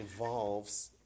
involves